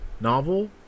novel